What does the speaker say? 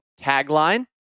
tagline